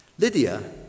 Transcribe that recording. Lydia